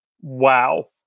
Wow